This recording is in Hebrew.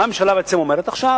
מה הממשלה בעצם אומרת עכשיו?